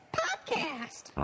podcast